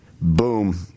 Boom